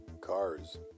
cars